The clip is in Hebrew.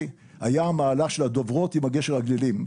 היה המהלך של הדוברות עם גשר הגלילים.